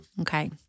Okay